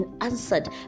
answered